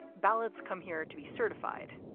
ballots come here to be certified,